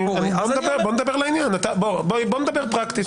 בוא נדבר פרקטית.